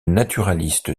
naturaliste